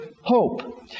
hope